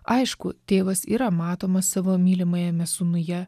aišku tėvas yra matomas savo mylimajame sūnuje